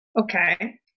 Okay